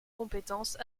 compétence